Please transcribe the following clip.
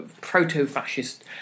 proto-fascist